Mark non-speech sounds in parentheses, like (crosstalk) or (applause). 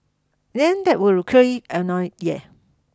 name that will (unintelligible) annoy yeah